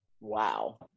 wow